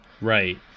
right